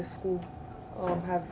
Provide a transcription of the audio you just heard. the school have